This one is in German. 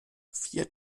vier